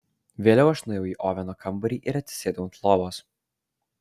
vėliau aš nuėjau į oveno kambarį ir atsisėdau ant lovos